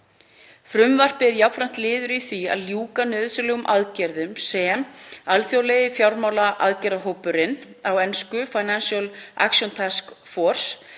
Frumvarpið er jafnframt liður í því að ljúka nauðsynlegum aðgerðum sem alþjóðlegi fjármálaaðgerðahópurinn, á ensku, Financial Action Tax Force,